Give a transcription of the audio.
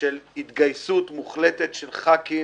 של התגייסות מוחלטת של חברי כנסת,